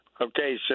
Okay